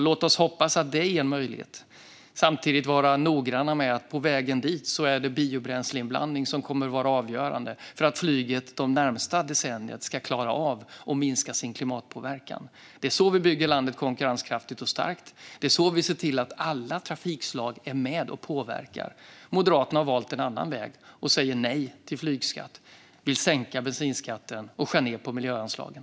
Låt oss hoppas att det är en möjlighet men samtidigt vara noggranna med att på vägen dit är det biobränsleinblandning som kommer att vara avgörande för att flyget det närmaste decenniet ska klara av att minska sin klimatpåverkan. Det är så vi bygger landet konkurrenskraftigt och starkt. Det är så vi ser till att alla trafikslag är med och påverkar. Moderaterna har valt en annan väg. De säger nej till flygskatt och vill sänka bensinskatten och skära ned på miljöanslagen.